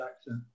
accent